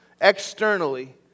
externally